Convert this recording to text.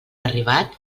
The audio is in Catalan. arribat